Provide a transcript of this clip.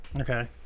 Okay